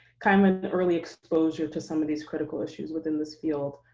kind of an early exposure to some of these critical issues within this field,